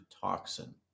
toxin